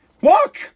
Walk